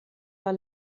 war